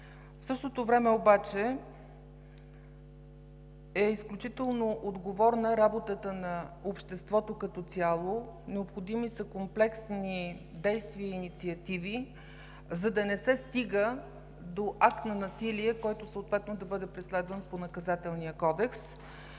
В същото време обаче е изключително отговорна работата на обществото като цяло. Необходими са комплексни действия и инициативи, за да не се стига до акт на насилие, който съответно да бъде преследван по Наказателния кодекс.